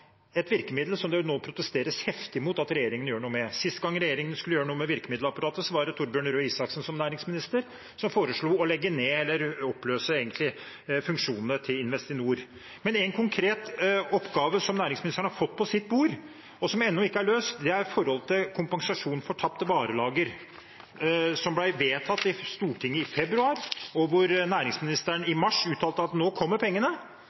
et virkemiddel som det nå protesteres heftig mot at regjeringen gjør noe med. Sist gang regjeringen skulle gjøre noe med virkemiddelapparatet, var det Torbjørn Røe Isaksen, som næringsminister, som foreslo å legge ned eller egentlig oppløse funksjonene til Investinor. Men én konkret oppgave som næringsministeren har fått på sitt bord, og som ennå ikke er løst, er forholdet med kompensasjon for tapt varelager, som ble vedtatt i Stortinget i februar, og der næringsministeren i mars uttalte at nå kommer pengene.